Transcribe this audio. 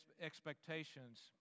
expectations